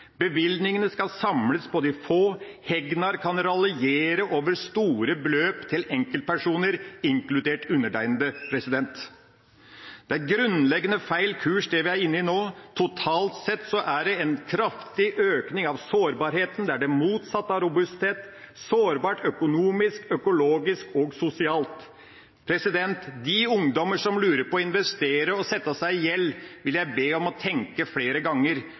Bevilgningene skal samles på de få. Hegnar kan raljere over store beløp til enkeltpersoner, inkludert undertegnede. Det er en grunnleggende feil kurs vi er inne på nå. Totalt sett er det en kraftig økning av sårbarheten. Det er det motsatte av robusthet. Det er sårbart økonomisk, økologisk og sosialt. Jeg vil be de ungdommer som lurer på å investere og sette seg i gjeld, tenke seg om flere ganger,